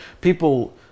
People